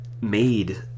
made